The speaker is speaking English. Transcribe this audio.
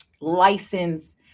license